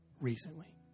recently